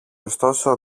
ωστόσο